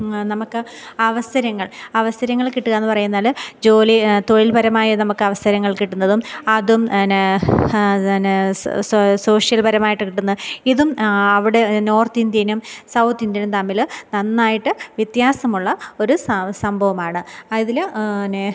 നമുക്ക് അവസരങ്ങള് അവസരങ്ങള് കിട്ടുകയെന്ന് പറയുഞ്ഞാൽ ജോലി തൊഴില്പരമായ നമുക്ക് അവസരങ്ങള് കിട്ടുന്നതും അതും പിന്നെ അതുതന്നെ സോഷ്യല്പരമായിട്ട് കിട്ടുന്ന ഇതും അവിടെ നോര്ത്ത് ഇന്ത്യനും സൗത്ത് ഇന്ത്യനും തമ്മിൽ നന്നായിട്ട് വ്യത്യാസമുള്ള ഒരു സംഭവമാണ് അതിൽ തന്നെ